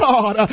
God